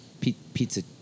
Pizza